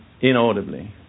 inaudibly